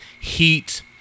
Heat